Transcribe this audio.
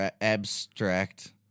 abstract